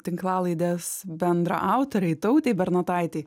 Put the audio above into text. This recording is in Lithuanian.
tinklalaidės bendraautorei tautei bernotaitei